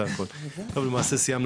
אז למעשה סיימנו,